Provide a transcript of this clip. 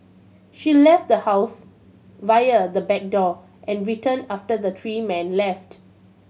she left the house via the back door and returned after the three men left